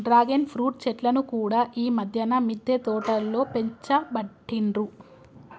dragon fruit చెట్లను కూడా ఈ మధ్యన మిద్దె తోటలో పెంచబట్టిండ్రు